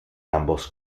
ambos